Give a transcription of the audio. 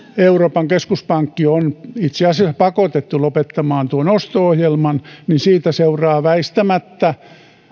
euroopan keskuspankki on itse asiassa pakotettu lopettamaan tuon osto ohjelman niin siitä seuraa väistämättä